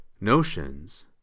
notions